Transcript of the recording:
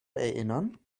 erinnern